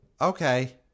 Okay